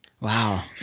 Wow